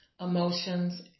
emotions